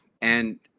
And-